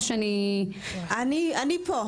אני פה.